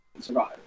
survive